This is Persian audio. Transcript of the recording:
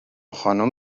خانوم